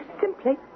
simply